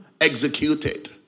Executed